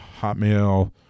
Hotmail